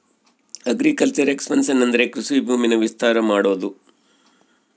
agriculture expansion ಅಂದ್ರೆ ಕೃಷಿ ಭೂಮಿನ ವಿಸ್ತಾರ ಮಾಡೋದು